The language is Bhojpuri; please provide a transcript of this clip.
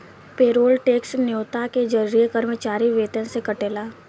पेरोल टैक्स न्योता के जरिए कर्मचारी वेतन से कटेला